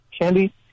candy